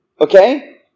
Okay